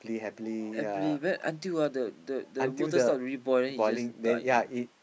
happily wait until ah the the the water start really boil then it just died